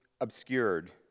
obscured